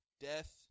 death